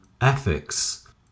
ethics